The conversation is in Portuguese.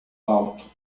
alto